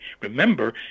Remember